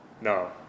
No